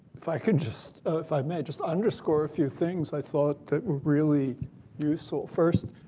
if i can just if i may i just underscore a few things i thought that really useful. first,